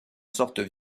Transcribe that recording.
sortent